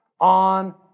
On